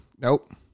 Nope